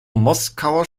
moskauer